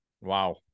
wow